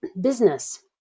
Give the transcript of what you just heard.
business